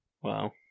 Wow